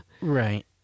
Right